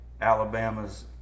Alabama's